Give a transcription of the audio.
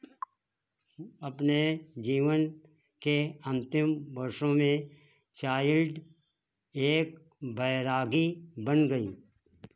अपने जीवन के अंतिम वर्षों में चाइल्ड एक ब वैरागी बन गई